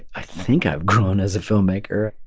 i think i've grown as a filmmaker,